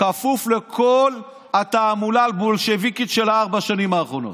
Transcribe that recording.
כפוף לכל התעמולה הבולשביקית של ארבע השנים האחרונות.